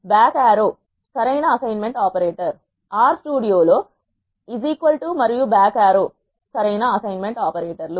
R లో back arrow R సరైన assignment operator R స్టూడియోలో మరియు బ్యాక్ ఆరో సరైన అసైన్మెంట్ ఆపరేటర్లు